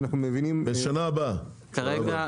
בשנה הבאה.